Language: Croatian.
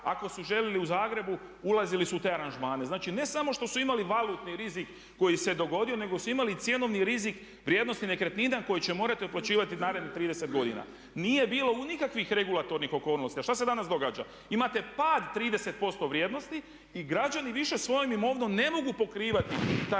ako su željeli u Zagrebu ulazili su u te aranžmane. Znači ne samo što su imali valutni rizik koji se dogodio nego su imali i cjenovni rizik vrijednosti nekretnina koje će morati otplaćivati narednih 30 godina. Nije bilo nikakvih regulatornih okolnosti. A šta se danas događa? Imate pad 30% vrijednosti i građani više svojom imovinom ne mogu pokrivati taj